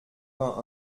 vingt